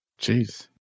Jeez